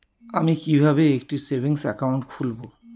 আমি কিভাবে একটি সেভিংস অ্যাকাউন্ট খুলব?